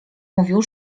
mówił